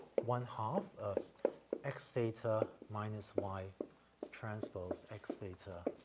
one-half of x theta minus y transpose x theta